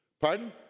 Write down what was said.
Pardon